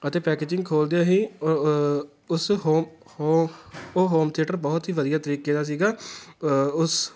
ਅਤੇ ਪੈਕਜਿੰਗ ਖੋਲ੍ਹਦਿਆਂ ਹੀ ਉਸ ਹੋ ਹੋ ਉਹ ਹੋਮ ਥੀਏਟਰ ਬਹੁਤ ਹੀ ਵਧੀਆ ਤਰੀਕੇ ਦਾ ਸੀਗਾ ਪ ਉਸ